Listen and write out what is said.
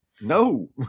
No